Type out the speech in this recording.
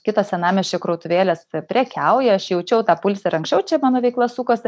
kitos senamiesčio krautuvėlės prekiauja aš jaučiau tą pulsą ir anksčiau čia mano veikla sukosi